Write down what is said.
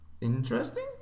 Interesting